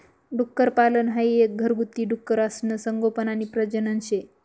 डुक्करपालन हाई एक घरगुती डुकरसनं संगोपन आणि प्रजनन शे